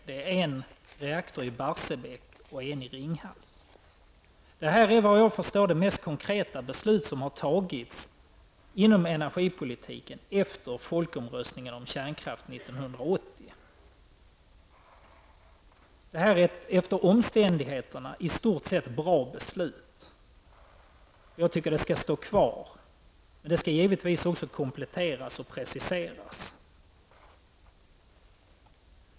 Detta är, såvitt jag förstår, det mest konkreta beslut som tagits inom energiområdet efter folkomröstningen om kärnkraften 1980. Jag tycker att det är ett efter omständigheterna i stort sett bra beslut och att det skall stå kvar, men det skall givetvis också kompletteras och preciseras.